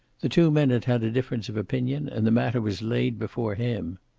the two men had had a difference of opinion, and the matter was laid before him.